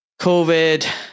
COVID